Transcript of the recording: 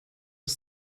des